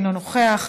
אינו נוכח,